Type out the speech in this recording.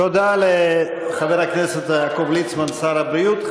תודה לחבר הכנסת יעקב ליצמן, שר הבריאות.